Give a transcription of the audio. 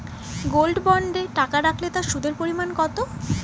Gold বন্ডে টাকা রাখলে তা সুদের পরিমাণ কত?